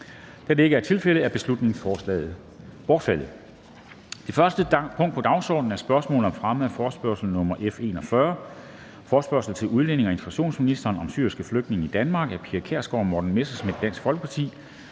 Da det ikke er tilfældet, er beslutningsforslaget bortfaldet. --- Det første punkt på dagsordenen er: 1) Spørgsmål om fremme af forespørgsel nr. F 41: Forespørgsel til udlændinge- og integrationsministeren om syriske flygtninge i Danmark. Af Pia Kjærsgaard (DF) og Morten Messerschmidt (DF).